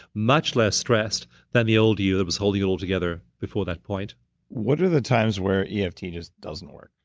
much less stressed than the old you that was holding you all together before that point what are the times where yeah eft just doesn't work?